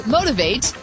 Motivate